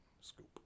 scoop